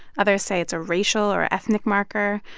others say it's a racial or ethnic marker.